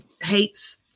hates